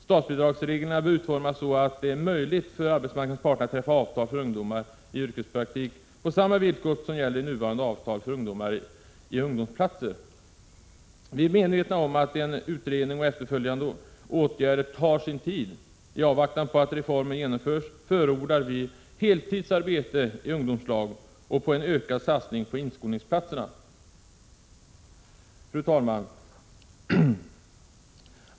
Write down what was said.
Statsbidragsreglerna bör utformas så att det är möjligt för arbetsmarknadens parter att träffa avtal för ungdomar i yrkespraktik på samma villkor som gäller i nuvarande avtal för ungdomar i ungdomsplatser. Vi är medvetna om att en utredning och efterföljande åtgärder tar sin tid. I avvaktan på att reformen genomförs förordar vi heltidsarbete i ungdomslag och en ökad satsning på inskolningsplatser. Fru talman!